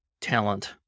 talent